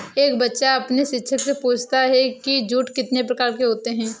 एक बच्चा अपने शिक्षक से पूछता है कि जूट कितने प्रकार के होते हैं?